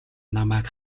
намайг